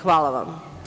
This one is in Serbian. Hvala vam.